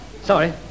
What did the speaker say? Sorry